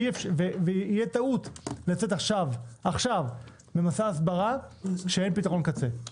תהיה טעות לצאת עכשיו במסע הסברה כשאין פתרון קצה.